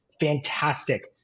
fantastic